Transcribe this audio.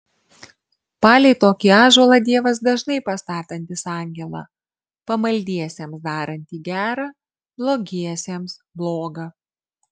palei tokį ąžuolą dievas dažnai pastatantis angelą pamaldiesiems darantį gera blogiesiems bloga